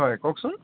হয় কওকচোন